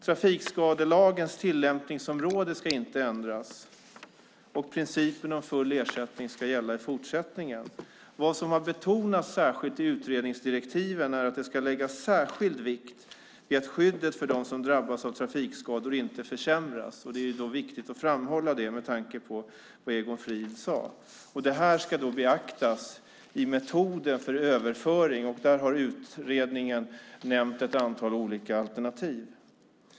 Trafikskadelagens tillämpningsområde ska inte ändras, och principen om full ersättning ska gälla i fortsättningen. Det som särskilt betonas i utredningsdirektiven är att särskild vikt ska läggas vid att skyddet för dem som drabbas av trafikskador inte försämras. Detta är det viktigt att framhålla med tanke på vad Egon Frid sagt. Det här ska beaktas när det gäller metoden för överföring. Utredningen har nämnt ett antal alternativ.